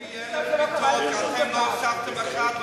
לא הוספתם אחת,